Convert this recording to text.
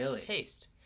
taste